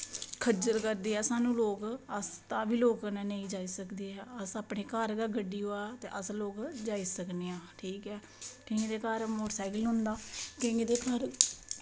खज्जल करदे ऐ लोग साह्नू अस तां बी लोक कन्नै नेई जाई सकदे ऐ अस अपने घर गै गड्डी होऐ ते अस लोग जाई सकने आं ठीक ऐ केंईं दे घर मोटर सैकल होंदा केंईं दे घर